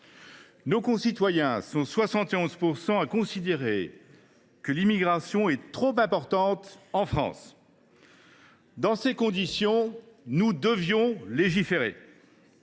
Nos concitoyens sont 71 % à considérer que l’immigration est trop importante en France. Dans ces conditions, nous devions légiférer.